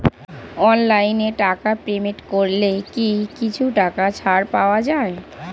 অনলাইনে টাকা পেমেন্ট করলে কি কিছু টাকা ছাড় পাওয়া যায়?